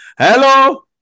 Hello